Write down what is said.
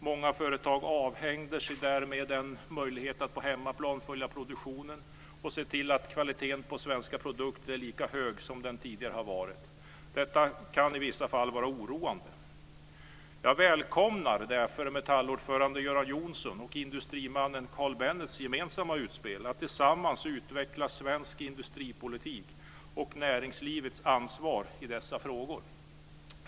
Många företag avhänder sig därmed en möjlighet att på hemmaplan följa produktionen och se till att kvaliteten på svenska produkter är lika hög som den tidigare har varit. Detta kan i vissa fall vara oroande. Jag välkomnar därför metallordföranden Göran Johnssons och industrimannen Carl Bennets gemensamma utspel om att tillsammans utveckla svensk industripolitik och näringslivets ansvar i dessa frågor.